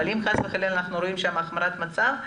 אבל אם חס וחלילה אנחנו רואים שם החמרת מצב,